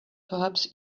perhaps